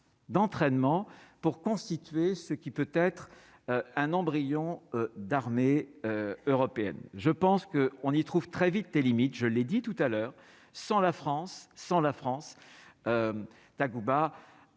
d'entraînement pour constituer ce qui peut être un embryon d'armée européenne, je pense que on y trouve très vite des limites, je l'ai dit tout à l'heure, sans la France sans la France takuba